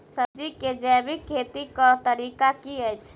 सब्जी केँ जैविक खेती कऽ तरीका की अछि?